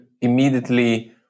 immediately